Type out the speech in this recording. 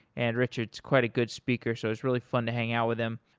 and richard is quite a good speaker so it's really fun to hang out with him.